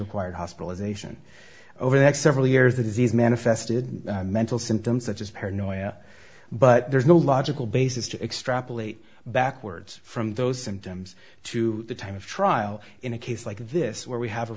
required hospitalization over the next several years the disease manifested mental symptoms such as paranoia but there's no logical basis to extrapolate backwards from those symptoms to the time of trial in a case like this where we have a